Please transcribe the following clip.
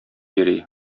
йөри